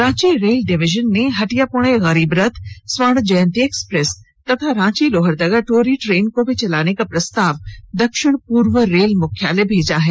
Ranchi rail division ने Hatia Pune Garib Rath Swarna Jayanti express तथा Ranchi Lohardaga Tori train को भी चलाने का प्रस्ताव दक्षिण पूर्व रेल मुख्यालय भेजा है